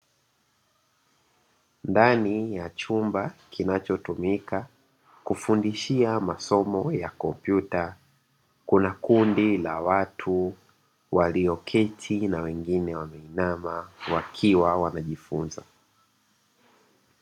Ndani ya chumba kinachotumika kufundishia masomo ya kompyuta, kuna kundi la watu walioketi na wengine wakiinama, wakiwa wanajifunza.